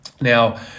Now